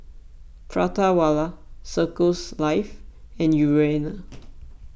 Prata Wala Circles Life and Urana